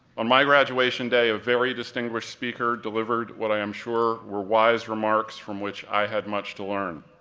on my graduation day, a very distinguished speaker delivered what i am sure were wise remarks from which i had much to learn,